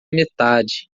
metade